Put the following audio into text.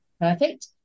perfect